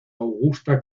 augusta